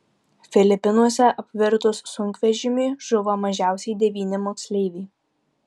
filipinuose apvirtus sunkvežimiui žuvo mažiausiai devyni moksleiviai